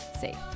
safe